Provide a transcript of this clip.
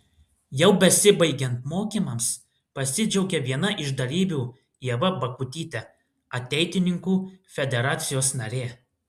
jau besibaigiant mokymams pasidžiaugė viena iš dalyvių ieva bakutytė ateitininkų federacijos narė